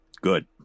Good